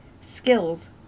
skills